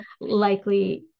likely